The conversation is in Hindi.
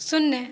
शून्य